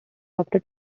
opted